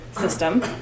system